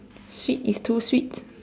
sweet is too sweet